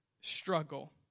struggle